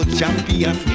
champion